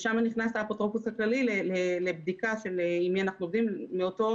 שם נכנס האפוטרופוס הכללי לבדיקה עם מי אנחנו עובדים ולאותו